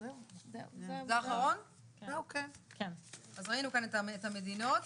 אז ראינו כאן את המדינות.